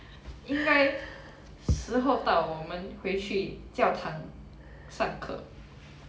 应该时候到我们回去教堂上课